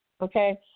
Okay